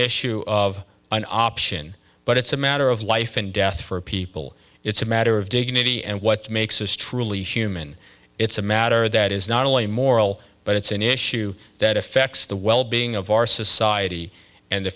issue of an option but it's a matter of life and death for people it's a matter of dignity and what makes us truly human it's a matter that is not only moral but it's an issue that affects the well being of our society and the